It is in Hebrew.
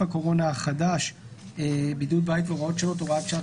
הקורונה החדש)(בידוד בית והוראות שונות)(הוראת שעה),